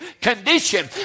condition